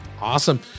Awesome